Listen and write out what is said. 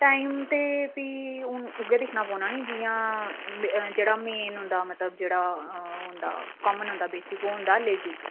time ते भी हून उ'ऐ दिक्खना पौना नी जि'यां जेह्ड़ा मेन होंदा मतलब जेह्ड़ा ओह् होंदा कामन होंदा जेह्ड़ा बेसिक ओह् होंदा लेजिक